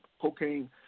cocaine